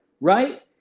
right